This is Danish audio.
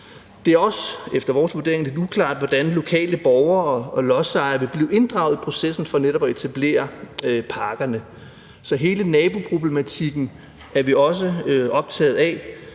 Det er også efter vores vurdering lidt uklart, hvordan lokale borgere og lodsejere vil blive inddraget i processen med netop at etablere parkerne. Så hele naboproblematikken er vi også optaget af.